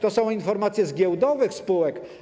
To są informacje z giełdowych spółek.